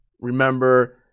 Remember